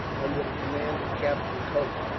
under the command of captain cope,